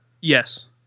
Yes